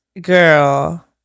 Girl